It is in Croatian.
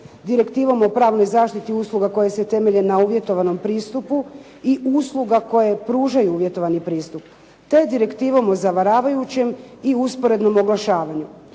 Direktivom o pravnoj zaštiti usluga koje se temelje na uvjetovanom pristupu i usluga koje pružaju uvjetovani pristup, te direktivom o zavaravajućem i usporednom oglašavanju.